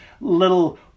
little